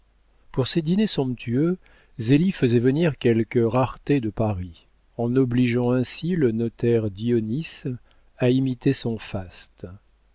pour ces dîners somptueux zélie faisait venir quelques raretés de paris en obligeant ainsi le notaire dionis à imiter son faste